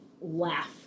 laugh